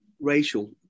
racial